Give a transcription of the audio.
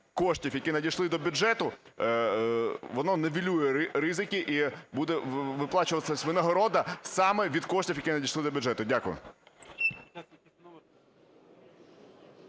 коштів, які надійшли до бюджету, воно нівелює ризики, і буде виплачуватись винагорода саме від коштів, які надійшли до бюджету. Дякую.